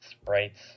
sprites